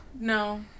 No